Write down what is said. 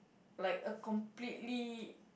like a completely